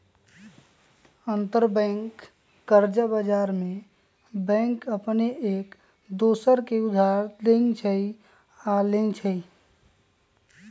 अंतरबैंक कर्जा बजार में बैंक अपने में एक दोसर के उधार देँइ छइ आऽ लेइ छइ